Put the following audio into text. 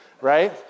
right